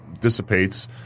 dissipates